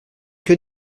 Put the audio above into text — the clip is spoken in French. que